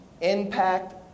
impact